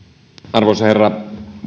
arvoisa herra